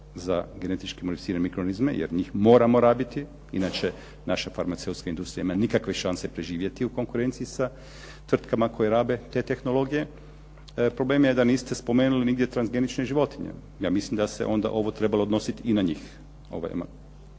za genetički modificirane mikroorganizme, jer njih moramo rabiti. Inače naše farmaceutske industrije nemaju nikakve šanse preživjeti u konkurenciji sa tvrtkama koje rabe te tehnologije. Problem je da niste nigdje spomenuli transgeničke životinje. Ja mislim da se onda ovo trebalo odnositi i na njih,